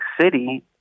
City